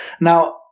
Now